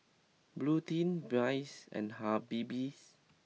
Bluedio Bias and Habibie